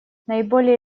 наиболее